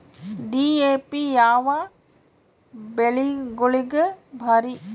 DAP ಯಾವ ಬೆಳಿಗೊಳಿಗ ಭಾರಿ?